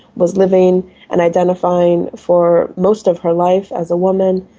was living and identifying for most of her life as a woman,